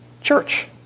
church